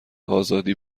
آزادی